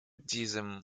diesem